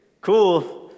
cool